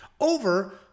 over